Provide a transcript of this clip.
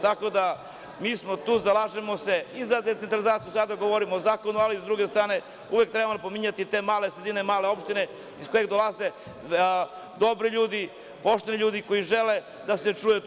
Tako da, mi smo tu, zalažemo se i za decentralizaciju, sada govorim o zakonu, ali sa druge strane, uvek trebamo napominjati te male sredine, male opštine iz kojih dolaze dobri ljudi, pošteni ljudi koji žele da se čuju.